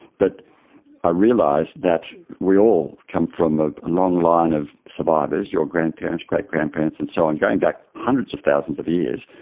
but i realised that we all come from a long line of survivors, your grandparents, great grandparents and so on, going back hundreds of thousands of years,